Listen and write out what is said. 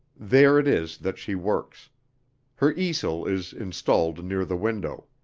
there it is that she works her easel is installed near the window.